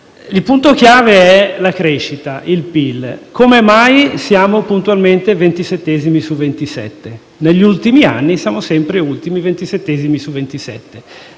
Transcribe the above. Il punto chiave è la crescita, il PIL. Come mai siamo puntualmente ventisettesimi su 27? Negli ultimi anni siamo sempre ultimi, ventisettesimi su 27.